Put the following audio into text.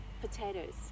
potatoes